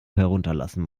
hinunterlassen